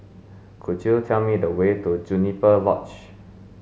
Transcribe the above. could you tell me the way to Juniper Lodge